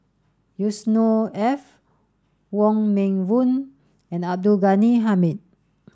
Yusnor Ef Wong Meng Voon and Abdul Ghani Hamid